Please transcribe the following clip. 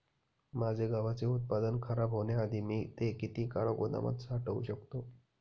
माझे गव्हाचे उत्पादन खराब होण्याआधी मी ते किती काळ गोदामात साठवू शकतो?